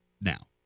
now